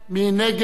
מי נגד?